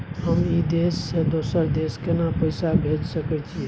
हम ई देश से दोसर देश केना पैसा भेज सके छिए?